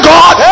God